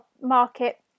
market